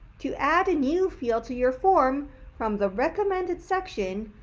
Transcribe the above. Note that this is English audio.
to add a new field to your form from the recommended section,